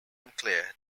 unclear